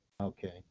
Okay